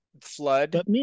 Flood